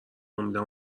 امیدم